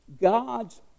God's